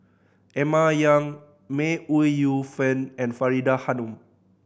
Emma Yong May Ooi Yu Fen and Faridah Hanum